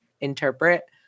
interpret